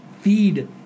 feed